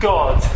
God